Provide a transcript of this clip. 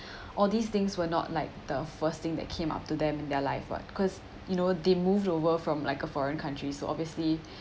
all these things were not like the first thing that came up to them and their life what because you know they moved over from like a foreign country so obviously